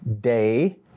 day